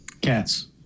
Cats